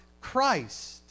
Christ